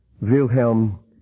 Wilhelm